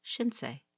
Shinsei